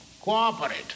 cooperate